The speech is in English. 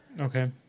okay